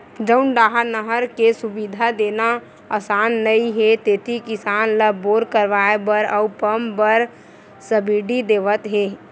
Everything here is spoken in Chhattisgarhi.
जउन डाहर नहर के सुबिधा देना असान नइ हे तेती किसान ल बोर करवाए बर अउ पंप बर सब्सिडी देवत हे